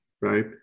right